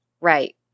right